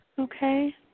Okay